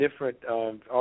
different